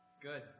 Good